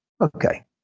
Okay